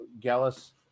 Gallus